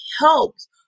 helps